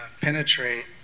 penetrate